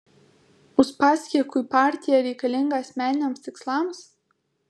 uspaskichui partija reikalinga asmeniniams tikslams